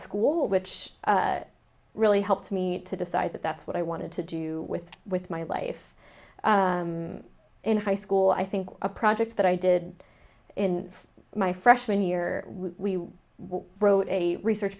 school which really helped me to decide that that's what i wanted to do with with my life in high school i think a project that i did in my freshman year we were wrote a research